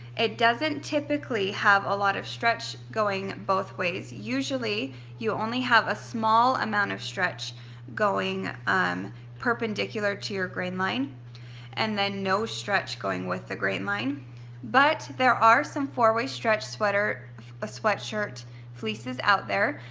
it doesn't typically have a lot of stretch going both ways. usually you only have a small amount of stretch going um perpendicular to your grain line and then no stretch going with the grain line but there are some four-way stretch sweater or ah sweatshirt fleeces out there.